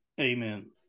Amen